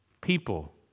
People